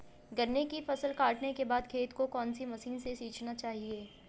गन्ने की फसल काटने के बाद खेत को कौन सी मशीन से सींचना चाहिये?